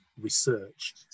research